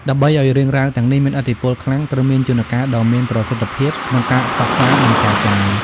ដើម្បីឲ្យរឿងរ៉ាវទាំងនេះមានឥទ្ធិពលខ្លាំង ត្រូវមានយន្តការដ៏មានប្រសិទ្ធភាពក្នុងការផ្សព្វផ្សាយ និងចែកចាយ។